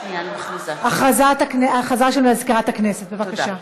הודעה למזכירת הכנסת, בבקשה.